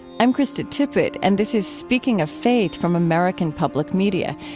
i'm krista tippett, and this is speaking of faith from american public media,